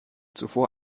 zuvor